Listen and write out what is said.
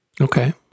Okay